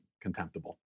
contemptible